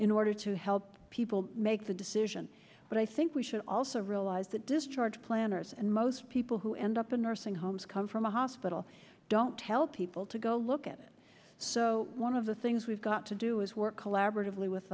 in order to help people make the decision but i think we should also realize that discharge planners and most people who end up in nursing homes come from a hospital don't tell people to go look at it so one of the things we've got to do is work collaboratively with